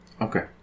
Okay